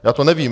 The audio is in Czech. Já to nevím.